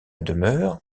demeure